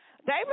David